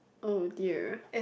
oh dear